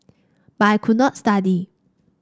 but I could not study